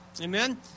Amen